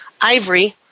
ivory